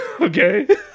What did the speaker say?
Okay